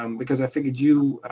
um because i figured you.